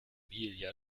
emilia